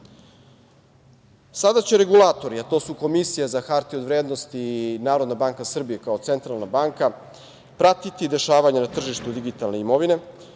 će regulatori, a to su Komisija za hartije od vrednosti i NBS kao centralna banka, pratiti dešavanja na tržištu digitalne imovine